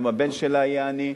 גם הבן שלה יהיה עני,